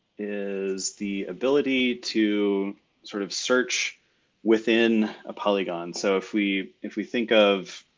is the ability to sort of search within a polygon. so if we, if we think of